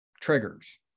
triggers